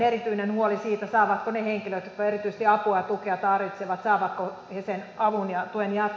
erityinen huoli on siitä saavatko ne henkilöt jotka erityisesti apua ja tukea tarvitsevat sen avun ja tuen jatkossa